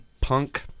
punk